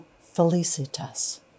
Felicitas